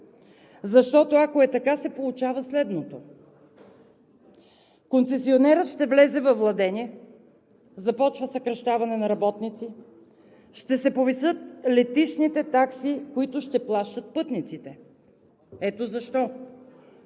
Защото, ако е така, се получава следното: концесионерът ще влезе във владение, започва съкращаване на работници, ще се повишат летищните такси, които ще плащат пътниците. Ето защо,